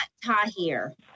Tahir